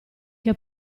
che